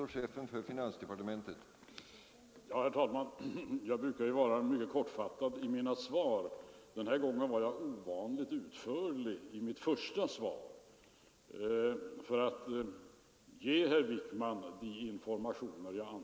Hur skall jobben klaras i Stockholmsregionen?